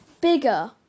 Bigger